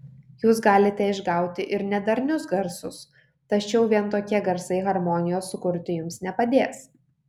jūs galite išgauti ir nedarnius garsus tačiau vien tokie garsai harmonijos sukurti jums nepadės